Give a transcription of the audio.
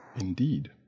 Indeed